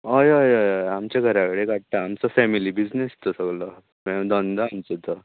हय अय अय अय आमच्या घरा कडेन काडटा आमचो फेमली बिझनस तो सगळो धंदो आमचो तो